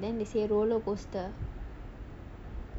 I ask this question my friend right then they say roller coaster